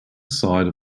side